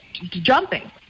jumping